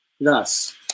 Thus